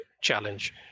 challenge